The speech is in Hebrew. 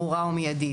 ברורה ומיידית.